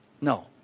No